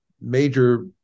major